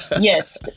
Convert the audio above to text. Yes